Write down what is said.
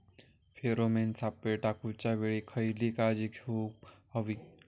Pheromone सापळे टाकूच्या वेळी खयली काळजी घेवूक व्हयी?